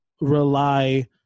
rely